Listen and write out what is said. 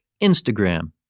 Instagram